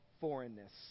foreignness